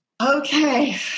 Okay